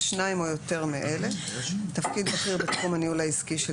ושניים או יותר מאלה: תפקיד בכיר בתחום הניהול העסקי של